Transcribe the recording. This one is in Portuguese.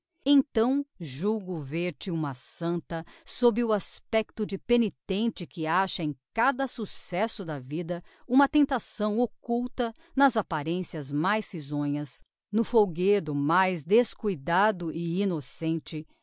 então julgo vêr te uma santa sob o aspecto de penitente que acha em cada successo da vida uma tentação occulta nas apparencias mais risonhas no folguedo mais descuidado e innocente